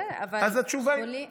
אז התשובה היא, בסדר.